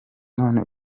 none